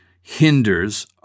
hinders